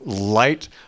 Light